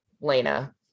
Lena